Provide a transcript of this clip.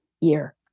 year